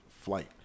flight